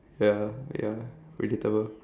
ya ya predictable